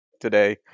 today